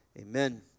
amen